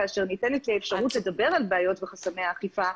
כשניתנת לי האפשרויות לדבר על בעיות וחסמי אכיפה,